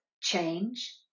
change